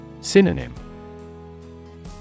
Synonym